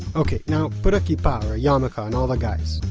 ok, now put a kippa, a yarmulke, on all the guys,